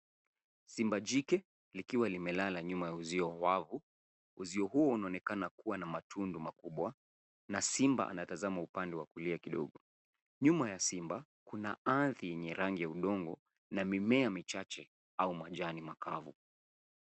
Simba jike ikiwa limelala nyuma ya uzio wavu ,uzio huo unaonekana kuwa na matundu makubwa na simba anatazama upande wa kulia kidogo, nyuma ya simba kuna ardhi yenye rangi ya udongo na mimea michache au majani makavu.